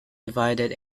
divided